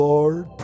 Lord